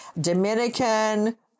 Dominican